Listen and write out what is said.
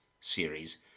series